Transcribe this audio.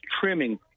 trimming